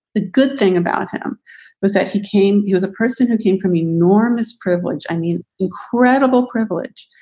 the good thing about him was that he came. he was a person who came from enormous privilege. i mean, incredible privilege.